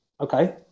okay